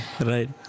right